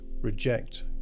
reject